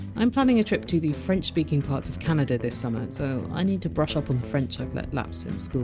i! m planning a trip to the french-speaking parts of canada this summer, so i need to brush up on the french i! ve let lapse since school,